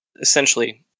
essentially